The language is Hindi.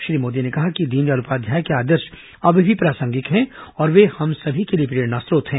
श्री मोदी ने कहा कि दीनदयाल उपाध्याय के आदर्श अब भी प्रासंगिक हैं और वे हम सभी के लिए प्रेरणास्रोत हैं